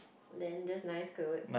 then just nice clothes